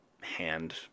hand